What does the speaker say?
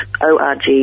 org